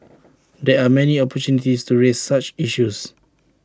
there are many opportunities to raise such issues